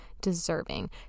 deserving